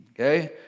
okay